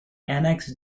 annex